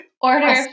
order